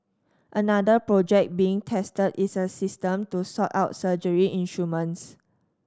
another project being tested is a system to sort out surgery instruments